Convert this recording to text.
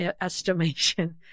estimation